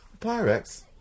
Pyrex